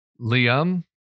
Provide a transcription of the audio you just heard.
Liam